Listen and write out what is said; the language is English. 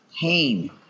pain